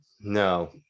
No